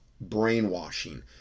brainwashing